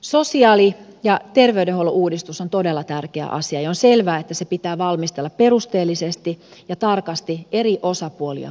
sosiaali ja terveydenhuollon uudistus on todella tärkeä asia ja on selvää että se pitää valmistella perusteellisesti ja tarkasti eri osapuolia kuullen